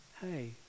hey